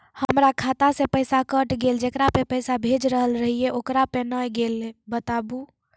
हमर खाता से पैसा कैट गेल जेकरा पे भेज रहल रहियै ओकरा पे नैय गेलै बताबू?